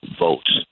votes